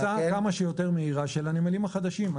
וכניסה כמה שיותר מהירה של הנמלים החדשים.